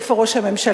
איפה ראש הממשלה,